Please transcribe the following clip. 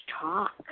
talk